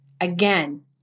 Again